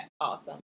Awesome